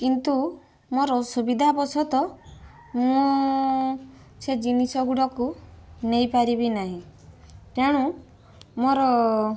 କିନ୍ତୁ ମୋର ସୁବିଧା ବଶତଃ ମୁଁ ସେ ଜିନିଷ ଗୁଡ଼ାକୁ ନେଇପାରିବି ନାହିଁ ତେଣୁ ମୋର